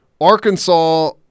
Arkansas –